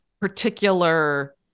particular